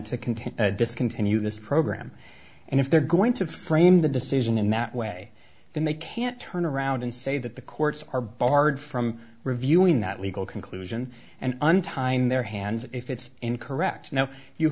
to discontinue this program and if they're going to frame the decision in that way then they can't turn around and say that the courts are barred from reviewing that legal conclusion and untie in their hands if it's incorrect now you